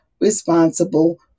responsible